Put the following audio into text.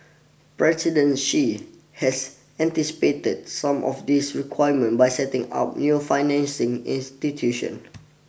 President Xi has anticipated some of these requirement by setting up new financing institution